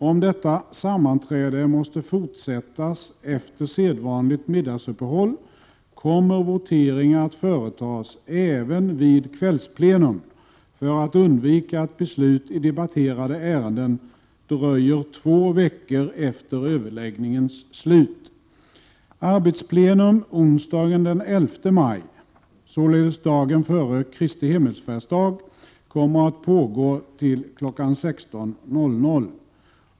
Om detta sammanträde måste fortsättas efter sedvanligt middagsuppehåll kommer voteringar att företas även vid kvällsplenum för att undvika att beslut i debatterade ärenden dröjer två veckor efter överläggningens slut. Arbetsplenum onsdagen den 11 maj kommer att pågå till kl. 16.00.